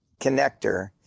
connector